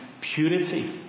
purity